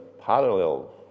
parallel